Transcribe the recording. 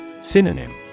Synonym